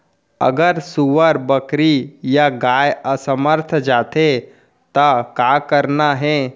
अगर सुअर, बकरी या गाय असमर्थ जाथे ता का करना हे?